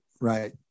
right